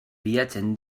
bilatzen